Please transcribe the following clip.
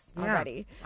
already